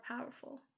powerful